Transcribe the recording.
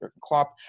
Klopp